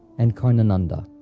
and karnananda.